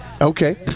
Okay